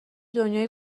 دنیای